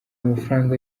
amafaranga